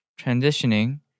transitioning